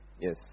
Yes